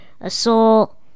assault